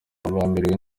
bamerewe